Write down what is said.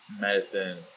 medicine